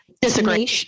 Disagree